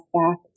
back